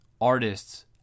artists